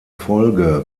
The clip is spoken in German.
folge